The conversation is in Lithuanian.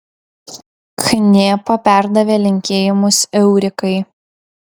knėpa perdavė linkėjimus eurikai